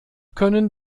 können